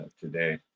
today